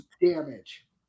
damage